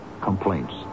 Complaints